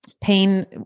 pain